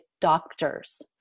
doctors